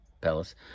Palace